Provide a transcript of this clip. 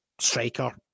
striker